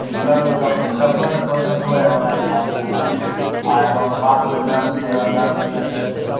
मतलब डॉक्टर डाक्टरो तऽ पोस्टेड अछि ओना एहिठाम एक ने एक आओर बात भेलै नर्स नहि नर्स नहि रहए भी अच्छे अच्छे